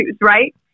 right